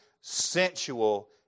sensual